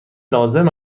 لازم